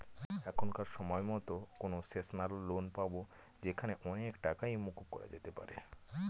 এখনকার সময়তো concessional loan পাবো যেখানে অনেক টাকাই মকুব করা যেতে পারে